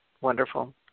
Wonderful